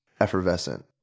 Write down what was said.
effervescent